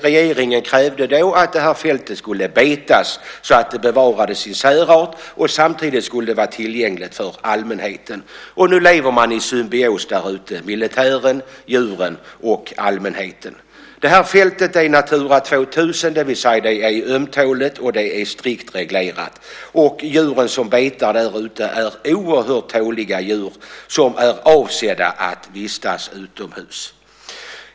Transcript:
Regeringen krävde då att detta fält skulle betas så att det bevarade sin särart. Samtidigt skulle det vara tillgängligt för allmänheten. Nu lever man i symbios där ute - militären, djuren och allmänheten. Detta fält är ett Natura 2000-område, det vill säga att det är ömtåligt och strikt reglerat. Och djuren som betar där ute är oerhört tåliga djur som är avsedda att vistas utomhus.